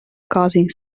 causing